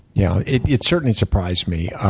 yeah, it it certainly surprised me.